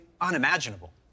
unimaginable